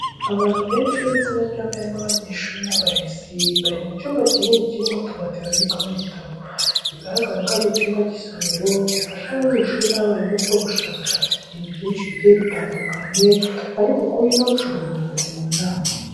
Abantu benshi b'ibitsina byombi harimo abanyeshuri n'abarezi, bari mu cyumba kinini kirimo utubati babikamo ibitabo. Bigaragara ko ari icyumba cy'isomero gifasha abanyeshuri n'abarimu gukora ubushakashatsi ku bintu byinshi bigiye bitandukanye, ariko kuri ino nshuro bari mu nama.